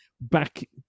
back